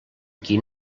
qui